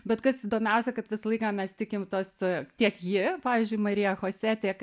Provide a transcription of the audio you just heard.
bet kas įdomiausia kad visą laiką mes tikim tas tiek ji pavyzdžiui marija chose tiek